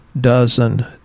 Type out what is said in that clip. dozen